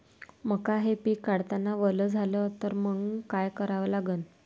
मका हे पिक काढतांना वल झाले तर मंग काय करावं लागन?